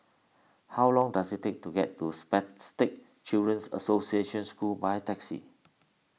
how long does it take to get to Spastic Children's Association School by taxi